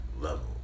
level